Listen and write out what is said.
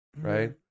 right